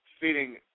feeding